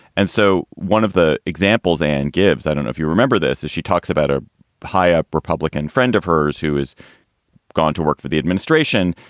and so one of the examples and gibbs, i don't know if you remember this as she talks about a high up republican friend of hers who is gone to work for the administration.